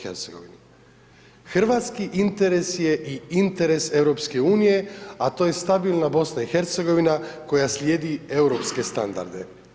Hrvatski interes je i interes EU, a to je stabilna BiH koja slijedi europske standarde.